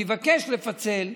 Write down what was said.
אני אבקש לפצל,